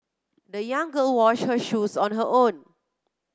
the young girl wash her shoes on her own